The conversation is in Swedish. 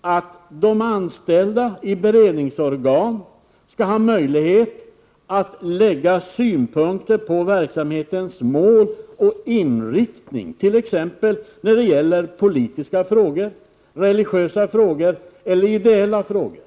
att de anställda i beredningsorgan skall ha möjlighet att anlägga synpunkter på verksamhetens mål och inriktning, t.ex. när det gäller politiska frågor, religiösa frågor eller ideella frågor?